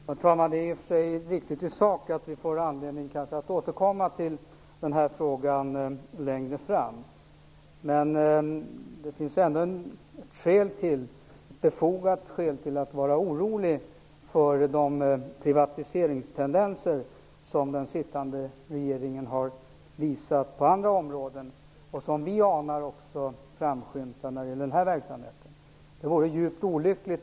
Herr talman! Det är riktigt i sak att vi kanske får anledning att återkomma till den här frågan längre fram. Men det finns ändå ett befogat skäl att vara orolig för de privatiseringstendenser som den sittande regeringen har visat på andra områden. Vi anar att de också framskymtar när det gäller den här verksamheten.